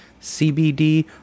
CBD